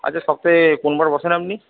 আচ্ছা সপ্তাহে কোন বার বসেন আপনি